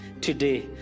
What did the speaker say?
today